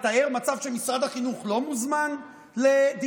לתאר מצב שמשרד החינוך לא מוזמן לדיון?